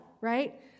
right